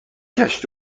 گشت